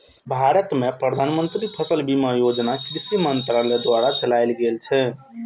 भारत मे प्रधानमंत्री फसल बीमा योजना कृषि मंत्रालय द्वारा चलाएल गेल छै